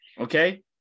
okay